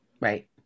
right